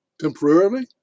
temporarily